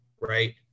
right